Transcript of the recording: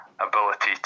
Ability